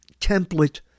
template